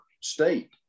state